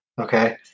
okay